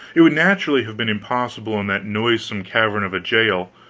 it would naturally have been impossible in that noisome cavern of a jail,